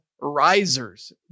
risers